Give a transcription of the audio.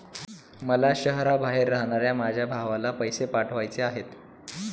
मला शहराबाहेर राहणाऱ्या माझ्या भावाला पैसे पाठवायचे आहेत